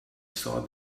saw